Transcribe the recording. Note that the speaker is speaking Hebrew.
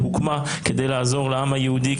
הוקמה כדי לעזור לעם היהודי,